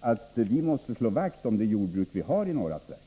att vi måste slå vakt om det jordbruk som vi har i norra Sverige.